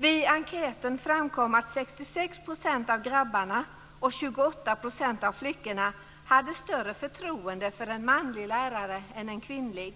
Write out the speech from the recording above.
Vid enkäten framkom att 66 % av grabbarna och 28 % av flickorna hade större förtroende för en manlig lärare än en kvinnlig.